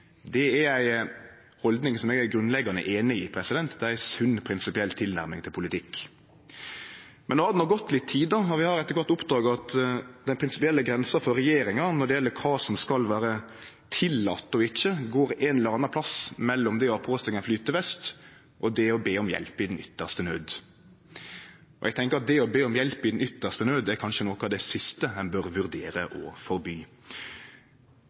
Det er ei haldning eg er grunnleggjande einig i, det er ei sunn prinsipiell tilnærming til politikk. Men no har det gått litt tid, og vi har etter kvart oppdaga at den prinsipielle grensa for regjeringa når det gjeld kva som skal vere tillate og ikkje, går ein eller annan plass mellom det å ha på seg ein flytevest, og det å be om hjelp i den ytste naud. Eg tenkjer at det å be om hjelp i den ytste naud er kanskje noko av det siste ein bør vurdere å forby.